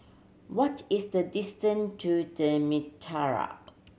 what is the distant to The Mitraa